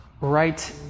right